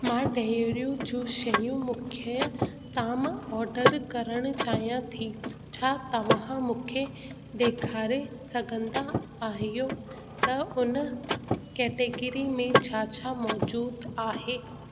मां डेयरियूं जूं शयूं मुख्य ताम ऑर्डर करणु चाहियां थी छा तव्हां मूंखे ॾेखारे सघंदा आहियो त उन कैटेगरी में छा छा मौजूदु आहे